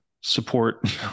support